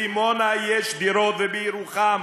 בדימונה יש דירות, ובירוחם.